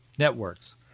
networks